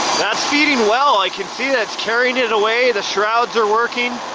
that's feeding well, i can see that's carrying it away, the shrouds are working.